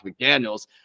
McDaniels